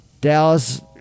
Dallas